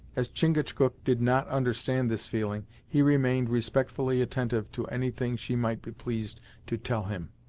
as chingachgook did not understand this feeling, he remained respectfully attentive to any thing she might be pleased to tell him.